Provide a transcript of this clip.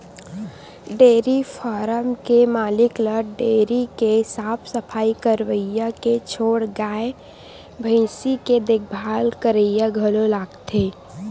dairy farm के मालिक ल डेयरी के साफ सफई करइया के छोड़ गाय भइसी के देखभाल करइया घलो लागथे